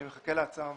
אני מחכה להצעה המתאימה.